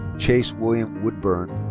chase william woodburn.